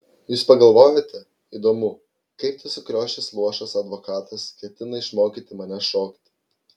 jūs pagalvojote įdomu kaip tas sukriošęs luošas advokatas ketina išmokyti mane šokti